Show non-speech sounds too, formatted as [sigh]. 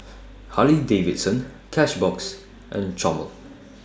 [noise] Harley Davidson Cashbox and Chomel